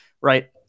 right